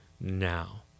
now